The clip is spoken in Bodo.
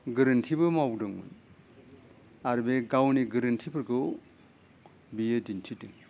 गोरोन्थिबो मावदोंमोन आरो बे गावनि गोरोन्थिफोरखौ बियो दिन्थिदों